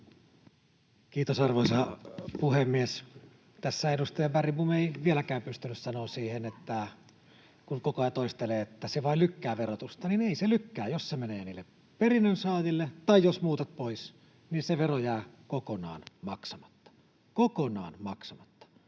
Kiitos, arvoisa puhemies! Tässä edustaja Bergbom ei vieläkään pystynyt sanomaan, kun koko ajan toistelee, että se vain lykkää verotusta. Ei se lykkää. Jos se menee perinnönsaajille tai jos muutat pois, niin se vero jää kokonaan maksamatta — kokonaan maksamatta.